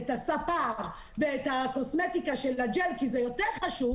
את הספר, ואת הקוסמטיקה, זה יותר חשוב